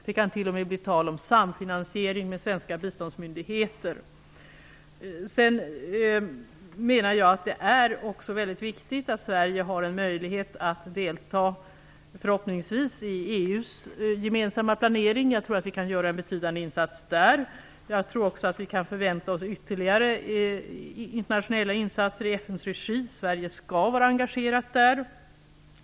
Det kan t.o.m. bli tal om samfinansiering med svenska biståndsmyndigheter. Jag menar att det också är väldigt viktigt att Sverige har en möjlighet att delta i EU:s gemensamma planering. Jag tror att vi kan göra en betydande insats där. Jag tror också att vi kan förvänta oss ytterligare internationella insatser i FN:s regi. Sverige skall vara engagerat i dessa.